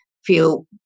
feel